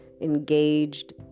engaged